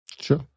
Sure